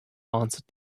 answered